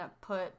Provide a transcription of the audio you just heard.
put